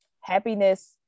happiness